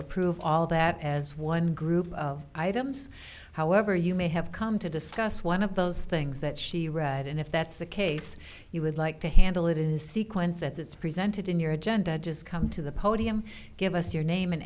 approve all that as one group of items however you may have come to discuss one of those things that she read and if that's the case you would like to handle it in the sequence as it's presented in your agenda just come to the podium give us your name and